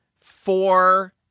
four